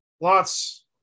lots